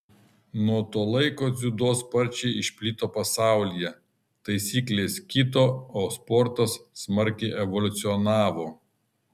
nuo to laiko dziudo sparčiai išplito pasaulyje taisyklės kito o sportas smarkiai evoliucionavo